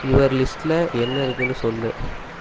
your லிஸ்ட்டில் என்ன இருக்குன்னு சொல்